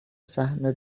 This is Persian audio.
سهم